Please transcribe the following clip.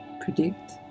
predict